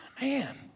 man